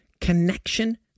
connection